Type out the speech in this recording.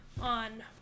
on